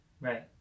Right